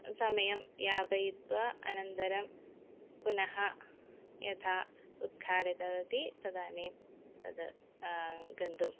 समयं यापयित्वा अनन्तरं पुनः यथा उद्घाटितवती तदानीं तत् गन्तुम्